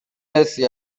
حسی